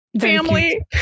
Family